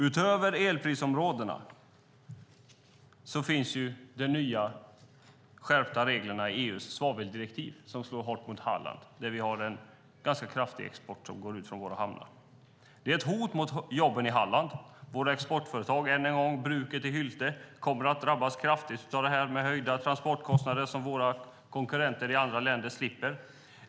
Utöver elprisområdena finns de nya skärpta reglerna i EU:s svaveldirektiv som slår hårt mot Halland där vi har en ganska kraftig export som går ut från våra hamnar. Det är ett hot mot jobben i Halland. Våra exportföretag, till exempel, än en gång, bruket i Hylte, kommer att drabbas kraftigt av höjda transportkostnader som våra konkurrenter i andra länder slipper.